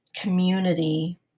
community